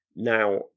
Now